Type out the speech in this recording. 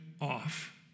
off